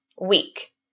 week